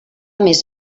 més